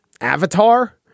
Avatar